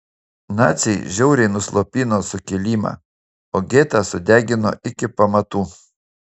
naciai žiauriai nuslopino sukilimą o getą sudegino iki pamatų